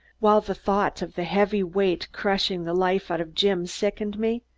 while the thought of the heavy weight crushing the life out of jim sickened me,